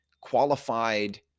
qualified